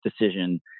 decision